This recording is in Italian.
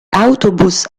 autobus